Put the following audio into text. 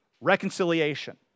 reconciliation